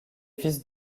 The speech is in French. fils